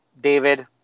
David